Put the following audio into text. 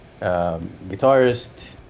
guitarist